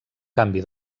canvi